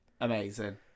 Amazing